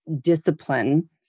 discipline